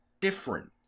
different